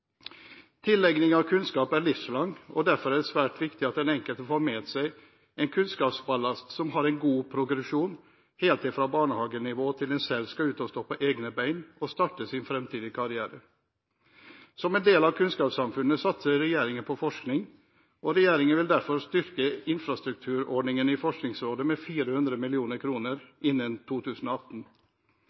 Tilegningen av kunnskap er livslang, og derfor er det svært viktig at den enkelte får med seg en kunnskapsballast som har en god progresjon, helt fra barnehagenivå til en selv skal ut og stå på egne bein og starte sin fremtidige karriere. Som en del av kunnskapssamfunnet satser regjeringen på forskning, og regjeringen vil derfor styrke infrastrukturordningen i Forskningsrådet med 400 mill. kr innen 2018.